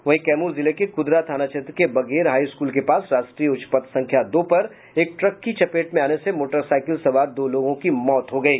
वहीं कैमूर जिले के कुदरा थाना क्षेत्र के बघेल हाई स्कूल के पास राष्ट्रीय उच्च पथ संख्या दो पर एक ट्रक की चपेट में आने से मोटरसाईकिल सवार दो लोगों की मौके पर ही मौत हो गयी